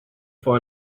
for